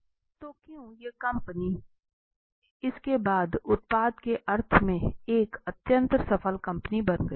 तो क्यों इसके बाद भी यह कंपनी उत्पाद के अर्थ में एक अत्यधिक सफल कंपनी बन गई